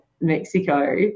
Mexico